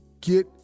Get